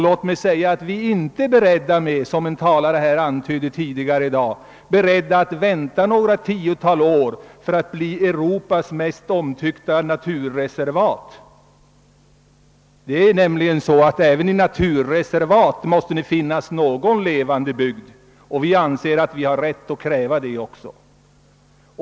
Låt mig säga att vi inte är beredda att som en talare antydde här tidigare i dag vänta några tiotal år in i framtiden på att våra glesbygder skall bli Europas mest omtyckta naturreservat. Det är nämligen så att det även i naturreservat måste finnas en levande bygd. Det anser vi oss ha rätt att kräva.